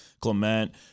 clement